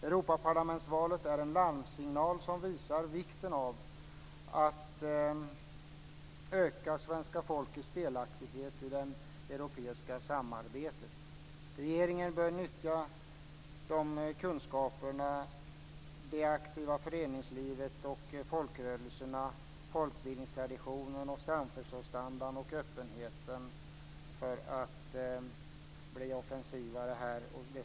Europaparlamentsvalet är en larmsignal som visar vikten av att öka svenska folkets delaktighet i det europeiska samarbetet. Regeringen bör nyttja de kunskaper och den styrka som finns hos det aktiva föreningslivet, folkrörelserna, folkbildningstraditionen, samförståndsandan och öppenheten för att bli offensivare här.